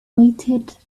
weighted